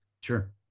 Sure